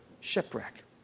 shipwreck